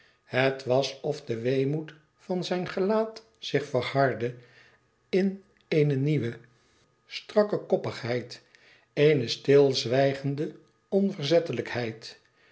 het was of de weemoed van zijn gelaat zich verhardde in eene strakke koppigheid eene stilzwijgende onverzettelijkheid